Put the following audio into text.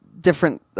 different